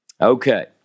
Okay